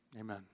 Amen